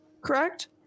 correct